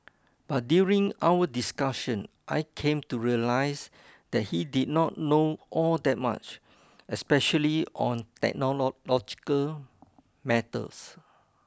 but during our discussion I came to realise that he did not know all that much especially on technological matters